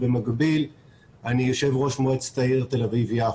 אבל במקביל אני יושב-ראש מועצת העיר תל-אביב-יפו,